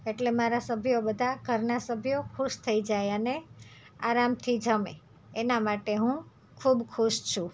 એટલે મારા સભ્ય બધા ઘરના સભ્ય ખુશ થઇ જાય અને આરામથી જમે એના માટે હું ખૂબ ખુશ છું